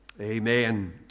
Amen